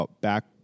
back